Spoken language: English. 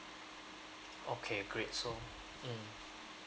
okay great so mm